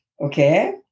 Okay